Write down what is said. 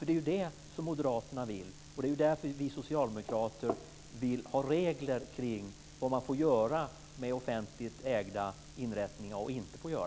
Det är ju det moderaterna vill, och det är därför vi socialdemokrater vill ha regler kring vad man får göra och inte får göra med offentligt ägda inrättningar.